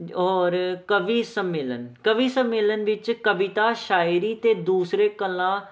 ਔਰ ਕਵੀ ਸੰਮੇਲਨ ਕਵੀ ਸੰਮੇਲਨ ਵਿੱਚ ਕਵਿਤਾ ਸ਼ਾਇਰੀ ਅਤੇ ਦੂਸਰੇ ਕਲਾ